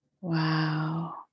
Wow